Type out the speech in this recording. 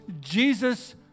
Jesus